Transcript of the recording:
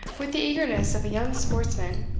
with the eagerness of a young sportsman,